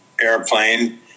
airplane